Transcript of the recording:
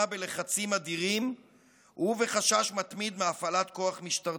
בלחצים אדירים ובחשש מתמיד מהפעלת כוח משטרתי,